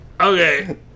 Okay